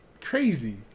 crazy